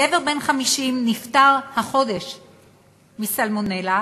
גבר בן 50 נפטר החודש מסלמונלה,